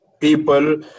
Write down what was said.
people